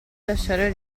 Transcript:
lasciare